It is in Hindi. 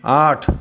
आठ